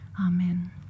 Amen